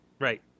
Right